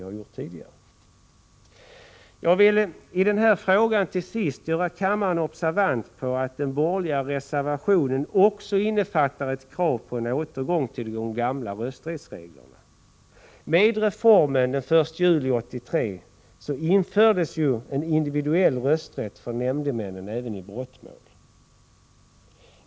Jag vill till sist när det gäller den här frågan göra kammaren observant på att den borgerliga reservationen också innefattar ett krav på en återgång till de gamla rösträttsreglerna. Med reformen den 1 juli 1983 infördes ju en individuell rösträtt för nämndemännen även i brottmål.